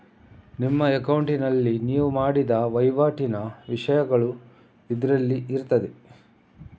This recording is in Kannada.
ನಿಮ್ಮ ಅಕೌಂಟಿನಲ್ಲಿ ನೀವು ಮಾಡಿದ ವೈವಾಟಿನ ವಿಷಯಗಳು ಇದ್ರಲ್ಲಿ ಇರ್ತದೆ